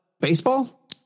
Baseball